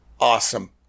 awesome